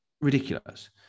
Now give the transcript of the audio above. ridiculous